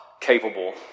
capable